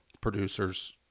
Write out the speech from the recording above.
producers